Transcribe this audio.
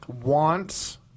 wants